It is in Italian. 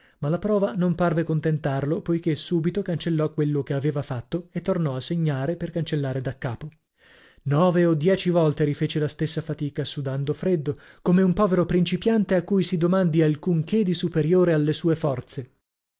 ma la prova non parve contentarlo poichè subito cancellò quello che aveva fatto e tornò a segnare per cancellare da capo nove o dieci volte rifece la stessa fatica sudando freddo come un povero principiante a cui si domandi alcun che di superiore alle sue forze